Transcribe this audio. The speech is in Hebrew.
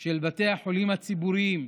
של בתי החולים הציבוריים,